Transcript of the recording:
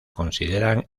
consideran